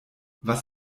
was